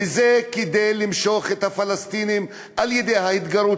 זה כדי למשוך את הפלסטינים על-ידי ההתגרות